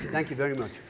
thank you very much.